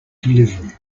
delivery